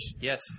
Yes